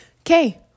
Okay